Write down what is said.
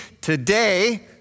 today